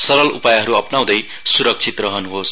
सरल उपायहरू अपनाउँदै सुरक्षित रहनुहोस्